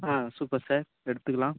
ஆ super sir எடுத்துக்கலாம்